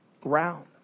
ground